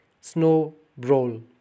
Snow-Brawl